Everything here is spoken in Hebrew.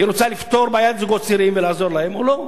האם היא רוצה לפתור את בעיית הזוגות הצעירים ולעזור להם או לא.